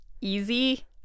easy